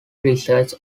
research